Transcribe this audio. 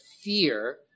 fear